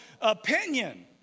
opinion